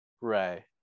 Right